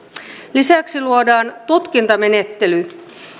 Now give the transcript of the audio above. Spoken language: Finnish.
lisäksi luodaan tutkintamenettely